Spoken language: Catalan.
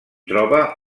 troba